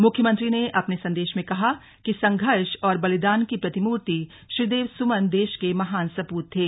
मुख्यमंत्री ने अपने संदेश में कहा कि संघर्ष और बलिदान की प्रतिमूर्ति श्रीदेव सुमन देश के महान सपूत थे